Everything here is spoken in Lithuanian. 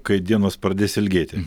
kai dienos pradės ilgėti